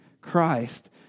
Christ